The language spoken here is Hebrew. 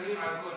שקלים על כל שר.